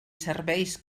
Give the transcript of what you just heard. serveis